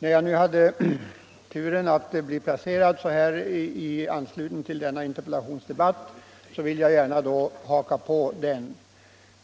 När jag nu hade turen att bli placerad så här i anslutning till denna interpellationsdebatt vill jag gärna haka på den,